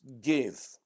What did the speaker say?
give